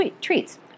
treats